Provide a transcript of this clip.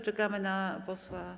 Czekamy na posła